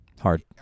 hard